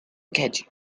catchy